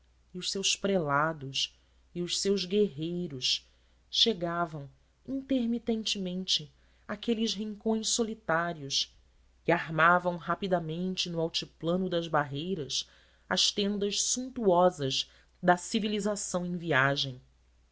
e os seus prelados e os seus guerreiros chegavam intermitentemente àqueles rincões solitários e armavam rapidamente no altiplano das barreiras as tendas suntuosas da civilização em viagem